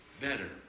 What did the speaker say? better